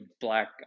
black